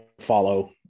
follow